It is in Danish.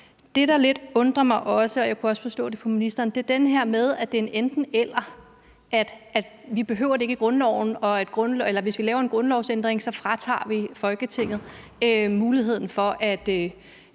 Det, der også undrer mig lidt, og jeg kunne også forstå det på ministeren, er det her med, at det er et enten-eller, altså at vi, hvis vi laver en grundlovsændring, fratager Folketinget muligheden for at